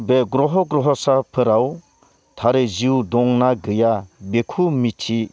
बे ग्रह' ग्रह'साफोराव थारै जिउ दंना गैया बेखौ मिथि